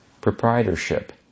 proprietorship